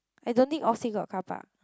I don't think oxley got carpark